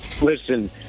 Listen